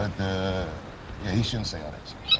and the haitians say all that shit, but